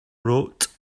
wrote